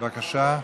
בבקשה.